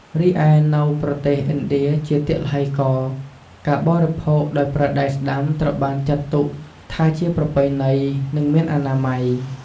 រីឯនៅប្រទេសឥណ្ឌាជាទឡ្ហីករណ៍ ការបរិភោគដោយប្រើដៃស្តាំត្រូវបានចាត់ទុកថាជាប្រពៃណី និងមានអនាម័យ។